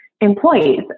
employees